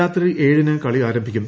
രാത്രി ഏഴിന് കളി ആരംഭിക്കും